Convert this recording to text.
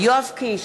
יואב קיש,